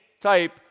type